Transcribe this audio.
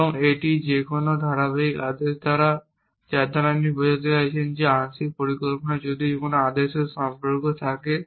এবং এটি যে কোনও ধারাবাহিক আদেশ যার দ্বারা আপনি বোঝাতে চান যে আংশিক পরিকল্পনায় যদি কোনও আদেশের সম্পর্ক থাকে